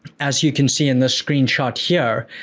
as you can see in this screenshot here,